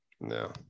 no